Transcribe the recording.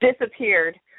disappeared